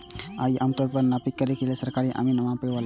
आइ हमर खेतक नापी करै लेल सरकारी अमीन आबै बला छै